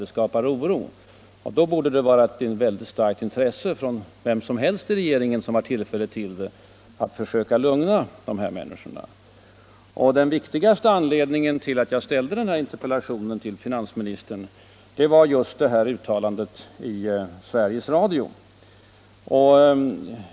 Det skapar oro, och det borde vara ett starkt intresse för vem som helst i regeringen som har tillfälle till det att försöka lugna människorna. Den viktigaste anledningen till att jag framställde interpellationen till finansministern var just uttalandet i Sveriges Radio.